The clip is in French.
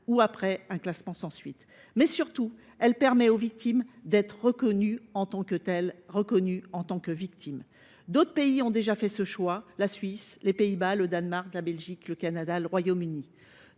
ou après un classement sans suite. Surtout, elle permet aux victimes d’être reconnues en tant que telles. D’autres pays ont déjà fait ce choix : Suisse, Pays Bas, Danemark, Belgique, Canada et Royaume Uni.